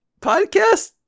podcast